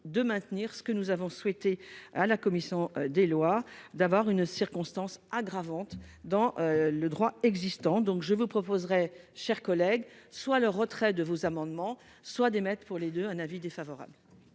de maintenir ce que nous avons souhaité à la commission des lois, d'avoir une circonstance aggravante dans le droit existant, donc je vous proposerai chers collègues soit le retrait de vos amendements soit des maîtres pour les deux un avis défavorable.